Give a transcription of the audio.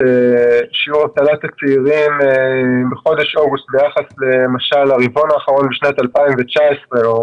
את שיעור אבטלת הצעירים בחודש אוגוסט ביחס לרבעון האחרון בשנת 2019 או